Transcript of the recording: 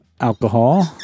alcohol